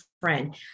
friend